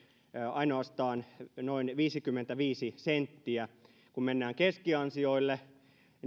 ainoastaan noin viisikymmentäviisi senttiä kun mennään keskiansioille